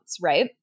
right